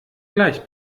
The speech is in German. gleich